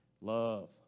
Love